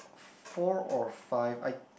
four or five I